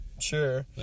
Sure